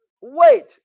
Wait